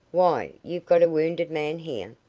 why, you've got a wounded man here?